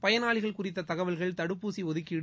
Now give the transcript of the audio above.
பயனாளிகள் குறித்த தகவல்கள் தடுப்பூசி ஒதுக்கீடு